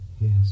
Yes